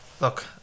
Look